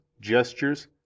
gestures